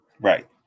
Right